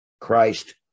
christ